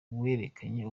werekanye